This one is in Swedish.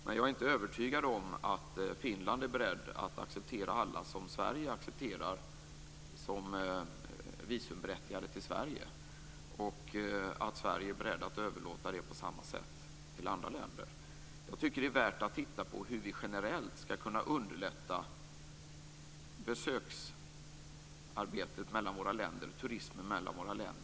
Men jag är inte övertygad om att Finland är berett att acceptera alla som Sverige accepterar som visumberättigade till Sverige och att Sverige är berett att på samma sätt överlåta det här till andra länder. Jag tycker att det är värt att titta på hur vi generellt skall kunna underlätta besöksarbetet och turismen mellan våra länder.